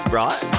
right